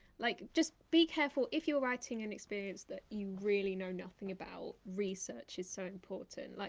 like just be careful, if you're writing an experience that you really know nothing about, research is so important. like